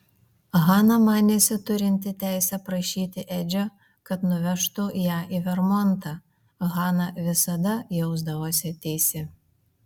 hana manėsi turinti teisę prašyti edžio kad nuvežtų ją į vermontą hana visada jausdavosi teisi